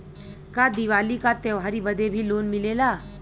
का दिवाली का त्योहारी बदे भी लोन मिलेला?